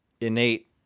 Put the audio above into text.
innate